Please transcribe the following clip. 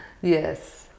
yes